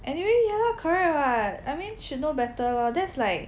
anyway ya lah correct [what] I mean should know better lor that's like